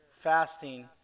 fasting